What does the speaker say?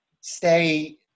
stay